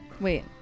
Wait